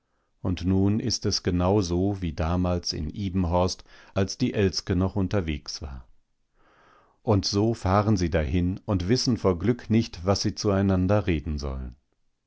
und nun ist es genauso wie damals in ibenhorst als die elske noch unterwegs war und so fahren sie dahin und wissen vor glück nicht was sie zueinander reden sollen